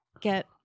get